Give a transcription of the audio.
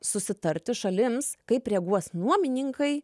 susitarti šalims kaip reaguos nuomininkai